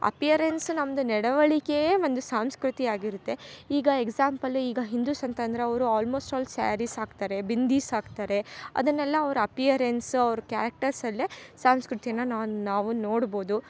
appearance ನಮ್ದ ನೆಡವಳಿಕೆಯೆ ಒಂದು ಸಂಸ್ಕೃತಿ ಆಗಿರುತ್ತೆ ಈಗ ಎಕ್ಸಾಂಪಲು ಈಗ ಹಿಂದೂಸ್ ಅಂತಂದರೆ ಅವರು ಆಲ್ಮೋಸ್ಟ್ ಆಲ್ ಸ್ಯಾರಿಸ್ ಹಾಕ್ತಾರೆ ಬಿಂದೀಸ್ ಹಾಕ್ತಾರೆ ಅದನ್ನೆಲ್ಲ ಅವ್ರ ಅಪಿಯರೆನ್ಸ್ ಅವ್ರ ಕ್ಯಾರೆಕ್ಟರ್ಸಲ್ಲೇ ಸಂಸ್ಕೃತಿಯನ್ನ ನಾನು ನಾವು ನೋಡ್ಬೋದು